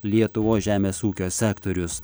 lietuvos žemės ūkio sektorius